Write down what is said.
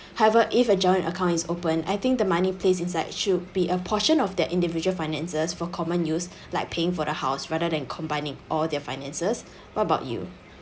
however if a joint account is open I think the money placed inside should be a portion of that individual finances for common use like paying for the house rather than combining all their finances what about you